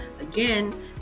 Again